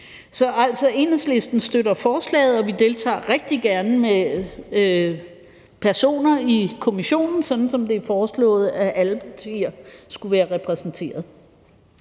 hvad. Enhedslisten støtter altså forslaget, og vi deltager rigtig gerne med personer i kommissionen, sådan som det er foreslået, hvor alle partier skulle være repræsenteret.